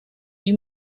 you